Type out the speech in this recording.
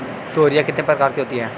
तोरियां कितने प्रकार की होती हैं?